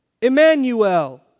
Emmanuel